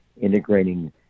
integrating